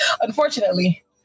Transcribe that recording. unfortunately